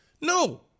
No